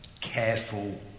careful